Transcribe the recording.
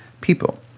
people